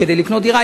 כדי לקנות דירה,